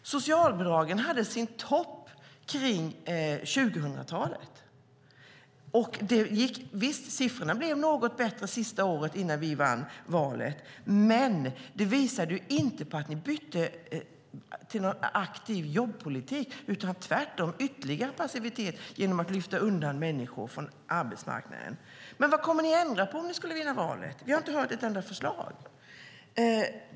Socialbidragen hade sin topp runt 2000. Visst blev siffrorna något bättre sista året innan vi vann valet, men de visar inte att ni bytte till en aktiv jobbpolitik. Tvärtom var det fråga om ytterligare passivitet genom att människor lyftes undan från arbetsmarknaden. Vad kommer ni att ändra på om ni vinner valet? Vi har inte hört ett enda förslag.